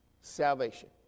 salvation